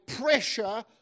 pressure